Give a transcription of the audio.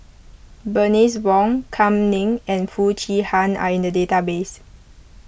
Bernice Wong Kam Ning and Foo Chee Han are in the database